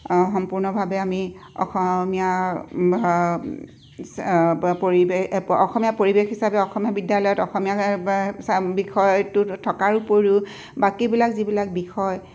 সম্পূৰ্ণভাৱে আমি অসমীয়া প পৰিৱেশ অসমীয়া পৰিৱেশ হিচাপে অসমীয়া বিদ্যালয়ত অসমীয়া বিষয়টো থকাৰ উপৰিও বাকীবিলাক যিবিলাক বিষয়